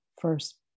first